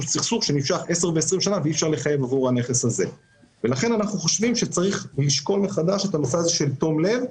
אנחנו חושבים שצריך להחליף את המושג "תום לב"